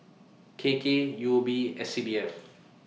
K K U B and C D F